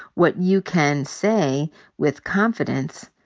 what you can say with confidence,